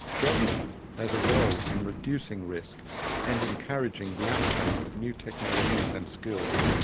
government has a role in reducing risk and encouraging the uptake of new technologies and skills.